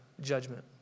judgment